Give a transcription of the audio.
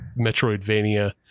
metroidvania